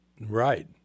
Right